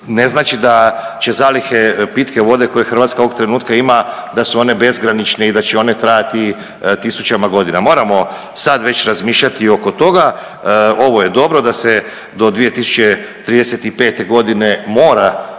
ne znači da će zalihe pitke vode koje Hrvatska ovog trenutka ima da su one bezgranične i da će one trajati tisućama godina. Moramo sad već razmišljati oko toga. Ovo je dobro da se do 2035. godine mora